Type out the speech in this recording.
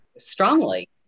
strongly